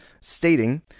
stating